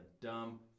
dumb